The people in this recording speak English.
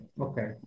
okay